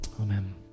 Amen